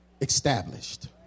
established